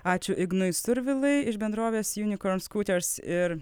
ačiū ignui survilai iš bendrovės junikornskuters ir